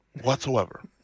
whatsoever